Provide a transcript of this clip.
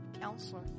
counselor